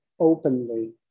openly